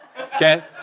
Okay